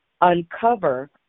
uncover